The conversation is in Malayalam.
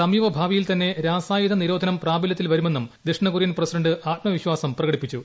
സമീപ ഭാവിയിൽ തന്നെ രാസായുധ നിരോധനം പ്രാബല്യത്തിൽ വരുമെന്നും ദക്ഷിണ കൊറിയൻ പ്രസിഡന്റ് ആത്മവിശ്വാസം പ്രകടിപ്പിച്ചു